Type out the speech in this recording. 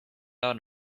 out